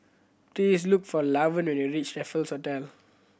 please look for Lavern when you reach Raffles Hotel